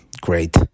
great